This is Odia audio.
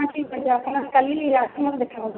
ହଁ ଠିକ୍ ଅଛି ଆପଣ କାଲି ଆସନ୍ତୁ ଦେଖାକରନ୍ତୁ